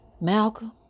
Malcolm